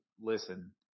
listen